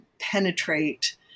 penetrate